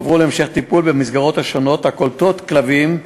והם הועברו להמשך טיפול במסגרות השונות הקולטות כלבים אלו.